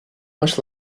much